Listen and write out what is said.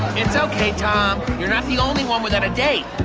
it's okay, tom. you're not the only one without a date.